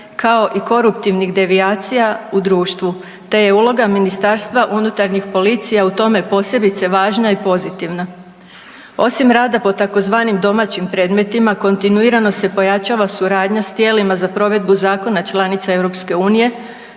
kao i koruptivnih devijacija u društvu, te je uloga Ministarstva unutarnjih policija u tome posebice važna i pozitivna. Osim rada po tzv. domaćim predmetima kontinuirano se pojačava suradnja s tijelima za provedbu zakona članica EU